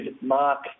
Mark